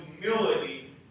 humility